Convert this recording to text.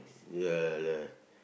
ya lah